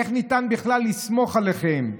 איך ניתן בכלל לסמוך עליכם?